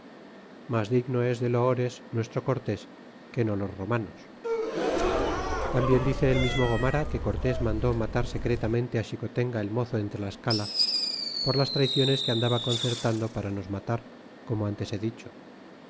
mas digno es de loores nuestro cortés que no los romanos tambien dice el mismo gomara que cortés mandó matar secretamente á xicotenga el mozo en tlascala por las traiciones que andaba concertando para nos matar como antes he dicho